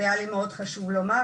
אז את זה היה לי חשוב מאוד לומר,